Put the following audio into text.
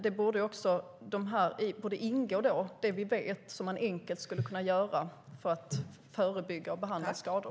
Det vi vet borde ingå så att man enkelt skulle kunna förebygga och behandla skador.